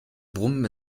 brummen